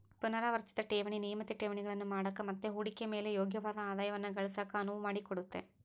ಪುನರಾವರ್ತಿತ ಠೇವಣಿ ನಿಯಮಿತ ಠೇವಣಿಗಳನ್ನು ಮಾಡಕ ಮತ್ತೆ ಹೂಡಿಕೆಯ ಮೇಲೆ ಯೋಗ್ಯವಾದ ಆದಾಯವನ್ನ ಗಳಿಸಕ ಅನುವು ಮಾಡಿಕೊಡುತ್ತೆ